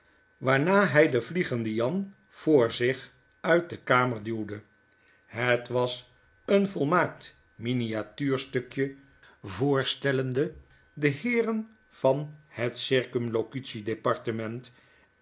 waarna hi den vliegenden janvoor zich uit de kamer duwde het was een volmaakt miniatuur stukje voorstellende de heeren van het circumlocutie departement